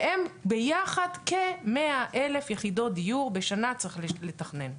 והם ביחד כ-100,000 יחידות דיור בשנה צריך לתכנן.